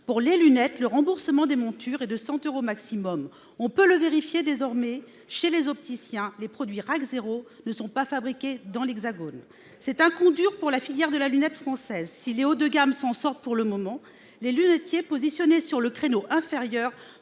Pour les lunettes, le remboursement des montures est de 100 euros maximum. On peut le vérifier désormais chez les opticiens, les produits RAC 0 ne sont pas fabriqués dans l'Hexagone. C'est un coup dur pour la filière de la lunette française. Si les marques haut de gamme s'en sortent pour le moment, les lunetiers positionnés sur le créneau inférieur